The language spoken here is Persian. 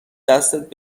دستت